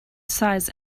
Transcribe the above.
size